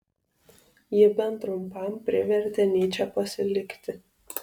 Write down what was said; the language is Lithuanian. ji bent trumpam privertė nyčę pasilikti